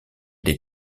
des